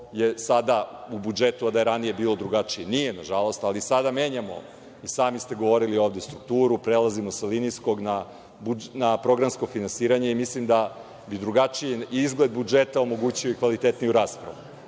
sada u budžetu, a da je ranije bio drugačiji. Nije, nažalost, ali sada menjamo, i sami ste govorili ovde, strukturu, prelazimo sa linijskog na programsko finansiranje. Mislim da bi drugačiji izgled budžeta omogućio i kvalitetniju raspravu. Mi